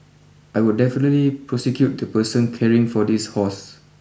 I would definitely prosecute the person caring for this horse